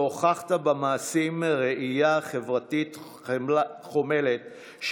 והוכחת במעשים ראייה חברתית חומלת,